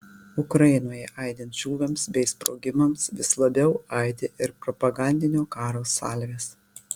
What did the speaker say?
ukrainoje aidint šūviams bei sprogimams vis labiau aidi ir propagandinio karo salvės